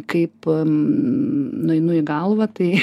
kaip nueinu į galvą tai